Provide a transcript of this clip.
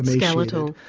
skeletal.